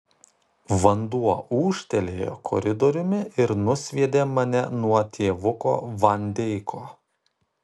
vanduo ūžtelėjo koridoriumi ir nusviedė mane nuo tėvuko van deiko